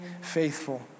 faithful